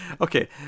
Okay